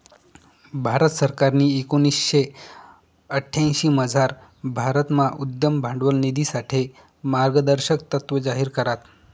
भारत सरकारनी एकोणीशे अठ्यांशीमझार भारतमा उद्यम भांडवल निधीसाठे मार्गदर्शक तत्त्व जाहीर करात